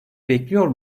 bekliyor